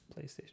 PlayStation